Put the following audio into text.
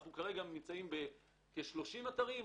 אנחנו כרגע נמצאים בכ-30 אתרים.